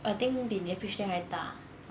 I think 比你的 fish tank 还大